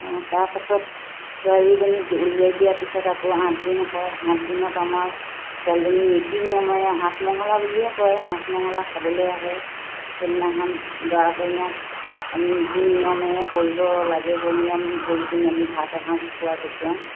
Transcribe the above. অঁ তাৰপাছত ছোৱালীজনী উলিয়াই দিয়াৰ পিছত আকৌ আঠ দিন হয় আঠ দিনত আমাৰ ছোৱালীজনী নীতি নিয়মেৰে আঠমঙলা বুলিয়ে কয় আঠমঙলা খাবলৈ আহে সেইদিনাখন দৰা কইনাক আমি যি নিয়মেৰে কৰিব লাগে সেই নিয়ম কৰি পিনি আমি ভাত এসাঁজ খুৱাই পঠিয়াওঁ